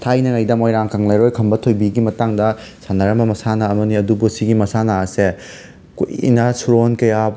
ꯊꯥꯏꯅꯉꯩꯗ ꯃꯣꯏꯔꯥꯡ ꯀꯪꯂꯩꯔꯣꯟ ꯈꯝꯕ ꯊꯣꯏꯕꯤꯒꯤ ꯃꯇꯥꯡꯗ ꯁꯥꯟꯅꯔꯝꯕ ꯃꯁꯥꯟꯅ ꯑꯝꯅꯤ ꯑꯗꯨꯕꯨ ꯁꯤꯒꯤ ꯃꯁꯥꯟꯅ ꯑꯁꯦ ꯀꯨꯏꯅ ꯁꯨꯔꯣꯟ ꯀꯌꯥ